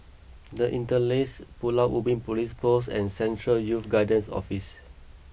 the Interlace Pulau Ubin Police Post and Central Youth Guidance Office